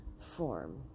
form